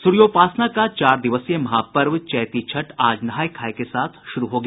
सूर्योपासना का चार दिवसीय महापर्व चैती छठ आज नहाय खाय के साथ शुरू हो गया